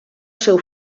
seu